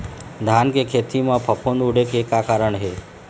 धान के खेती म फफूंद उड़े के का कारण हे?